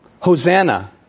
Hosanna